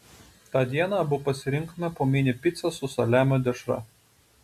tą dieną abu pasirinkome po mini picą su saliamio dešra